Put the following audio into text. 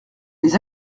les